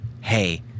Hey